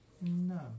No